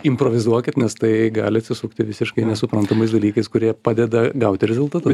improvizuokit nes tai gali atsisukti visiškai nesuprantamais dalykais kurie padeda gauti rezultatus